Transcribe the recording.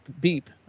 beep